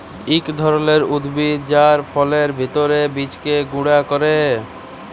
ইক ধরলের উদ্ভিদ যার ফলের ভিত্রের বীজকে গুঁড়া ক্যরে